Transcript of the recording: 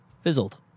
Fizzled